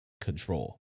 control